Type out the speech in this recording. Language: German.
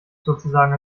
sozusagen